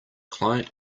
client